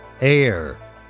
air